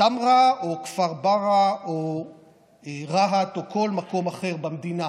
טמרה או כפר ברא או רהט או כל מקום אחר במדינה.